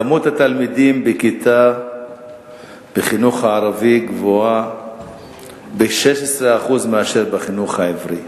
כמות התלמידים בכיתה בחינוך הערבי גבוהה ב-16% מאשר בחינוך העברי.